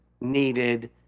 needed